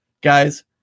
guys